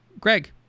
Greg